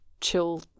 chill